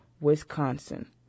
Wisconsin